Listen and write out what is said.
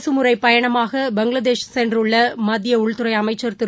அரசு முறை பயணமாக பங்களாதேஷ் சென்றள்ள மத்திய உள்துறை அமைச்சள் திரு